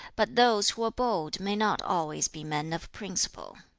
but those who are bold may not always be men of principle